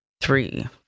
three